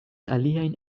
aliajn